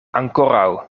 ankoraŭ